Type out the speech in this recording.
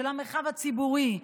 של המרחב הציבורי,